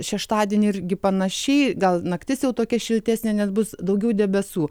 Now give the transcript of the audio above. šeštadienį irgi panašiai gal naktis jau tokia šiltesnė nes bus daugiau debesų